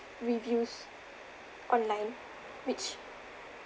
reviews online which